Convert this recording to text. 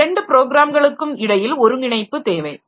இந்த இரண்டு ப்ரோக்ராம்களுக்கும் இடையில் ஒருங்கிணைப்பு தேவை